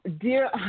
Dear